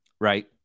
right